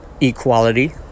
equality